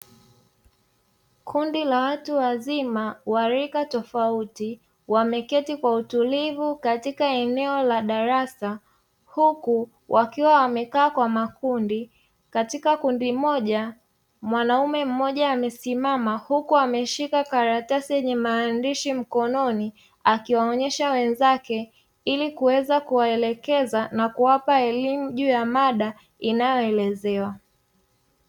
Kundi la watu wazima wa rika tofauti, wameketi kwa utulivu katika eneo la darasa, huku wakiwa wamekaa kwa makundi, katika kundi moja, mwanaume mmoja amesimama, huku ameshika karatasi yenye maandishi mkononi. Akiwaonyesha wenzake ili kuweza kuwaelekeza na kuwapa elimu juu ya mada inayoelezewa.